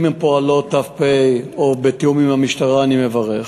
אם הן פועלות ת"פ או בתיאום עם המשטרה, אני מברך.